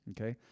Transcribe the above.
okay